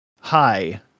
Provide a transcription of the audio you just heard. Hi